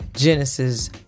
Genesis